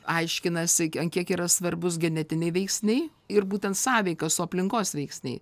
aiškinasi ant kiek yra svarbūs genetiniai veiksniai ir būtent sąveika su aplinkos veiksniai